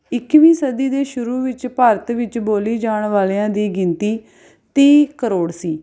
ਇੱਕੀਵੀਂ ਸਦੀ ਦੇ ਸ਼ੁਰੂ ਵਿੱਚ ਭਾਰਤ ਵਿੱਚ ਬੋਲੀ ਜਾਣ ਵਾਲਿਆਂ ਦੀ ਗਿਣਤੀ ਤੀਹ ਕਰੋੜ ਸੀ